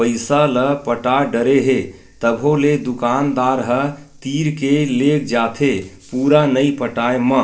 पइसा ल पटा डरे हे तभो ले दुकानदार ह तीर के लेग जाथे पुरा नइ पटाय म